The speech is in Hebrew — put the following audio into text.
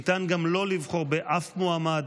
ניתן גם לא לבחור באף מועמד,